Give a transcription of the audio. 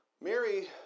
Mary